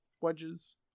wedges